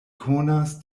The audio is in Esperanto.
konas